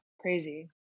crazy